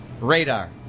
radar